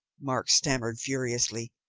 mark stammered furiously.